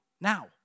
Now